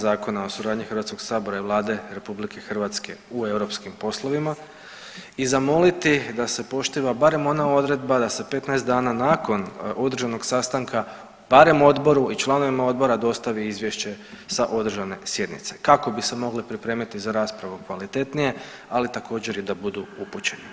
Zakona o suradnji Hrvatskog sabora i Vlade Republike Hrvatske u europskim poslovima i zamoliti da se poštiva barem ona odredba da se 15 dana nakon određenog sastanka, barem odboru i članovima odbora dostavi izvješće sa održane sjednice kako bi se mogli pripremiti za raspravu kvalitetnije, ali također i da budu upućeni.